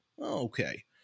Okay